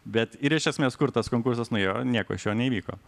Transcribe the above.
bet ir iš esmės kur tas konkursas nuėjo nieko iš jo neįvyko